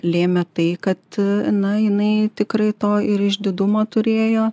lėmė tai kad na jinai tikrai to ir išdidumo turėjo